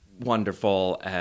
wonderful